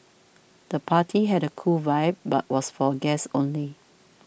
the party had a cool vibe but was for guests only